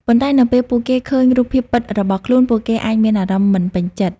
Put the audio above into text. ប៉ុន្តែនៅពេលពួកគេឃើញរូបភាពពិតរបស់ខ្លួន ពួកគេអាចមានអារម្មណ៍មិនពេញចិត្ត។